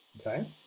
okay